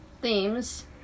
themes